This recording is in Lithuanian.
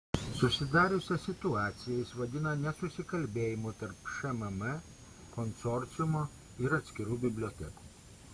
susidariusią situaciją jis vadina nesusikalbėjimu tarp šmm konsorciumo ir atskirų bibliotekų